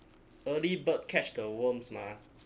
early bird catch the worms mah